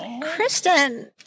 Kristen